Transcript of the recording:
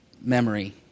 memory